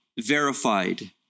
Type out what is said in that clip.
verified